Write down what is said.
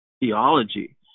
theology